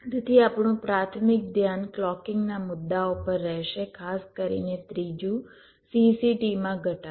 તેથી આપણું પ્રાથમિક ધ્યાન ક્લૉકીંગના મુદ્દાઓ પર રહેશે ખાસ કરીને ત્રીજું CCTમાં ઘટાડો